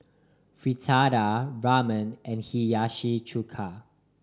Fritada Ramen and Hiyashi Chuka